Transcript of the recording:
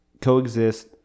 coexist